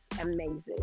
amazing